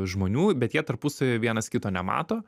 žmonių bet jie tarpusavy vienas kito nemato